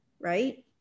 right